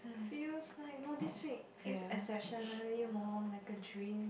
feels like no this week feels exceptionally more like a dream